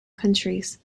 countries